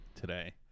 today